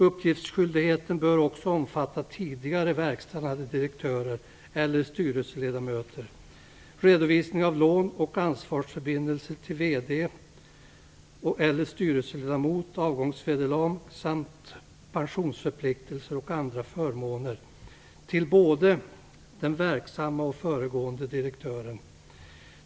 Uppgiftsskyldigheten bör också omfatta tidigare verkställande direktörer eller styrelseledamöter, redovisning av lån och ansvarsförbindelser till VD eller styrelseledamot, avgångsvederlag samt pensionsförpliktelser och andra förmåner till både verksamma och föregående direktörer.